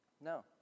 No